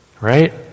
Right